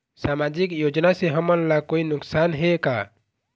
सामाजिक योजना से हमन ला कोई नुकसान हे का?